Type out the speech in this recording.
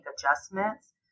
adjustments